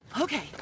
Okay